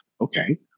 okay